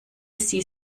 sie